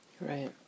Right